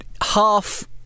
half